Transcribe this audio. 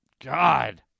God